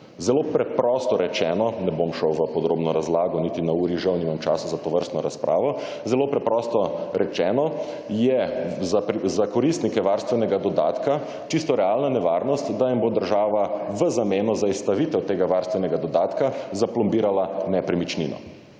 Zelo preprosto rečeno, ne bom šel v podrobno razlago niti na uri žal nimam časa za tovrstno razpravo, zelo preprosto rečeno je za koristnike varstvenega dodatka čisto realna nevarnost, da jim bo država v zameno za izstavitev tega varstvenega dodatka zaplombirala nepremičnino.